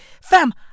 Fam